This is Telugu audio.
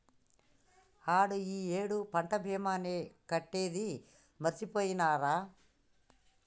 ఆడు ఈ ఏడు పంట భీమాని కట్టేది మరిచిపోయినారా